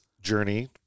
journey